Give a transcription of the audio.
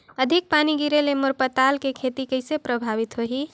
अधिक पानी गिरे ले मोर पताल के खेती कइसे प्रभावित होही?